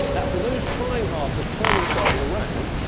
that for those trying hard to turn themselves around,